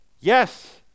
Yes